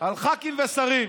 על ח"כים ושרים,